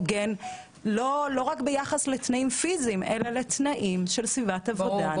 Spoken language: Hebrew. הוגן לא רק ביחס לדברים פיזיים אלא לתנאים של סביבת עבודה נכונה.